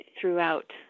throughout